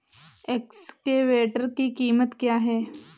Excavator की कीमत क्या है?